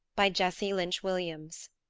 by jesse lynch williams